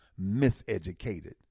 miseducated